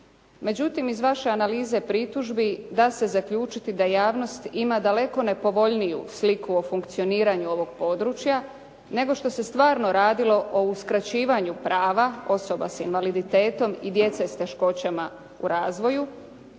Međutim, iz vaše analize pritužbi da se zaključiti da javnost ima daleko nepovoljniju sliku o funkcioniranju ovog područja, nego što se stvarno radilo o uskraćivanju prava osoba sa invaliditetom i djece s teškoćama u razvoju